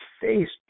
face